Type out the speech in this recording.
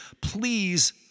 Please